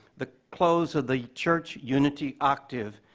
the close of the church unity octave,